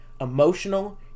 emotional